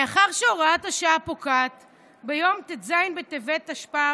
מאחר שהוראת השעה פוקעת ביום ט"ז בטבת תשפ"ב,